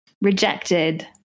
rejected